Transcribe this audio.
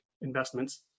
investments